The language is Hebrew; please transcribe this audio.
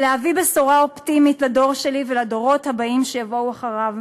להביא בשורה אופטימית לדור שלי ולדורות הבאים שיבואו אחריו.